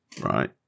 right